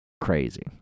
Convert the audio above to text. Crazy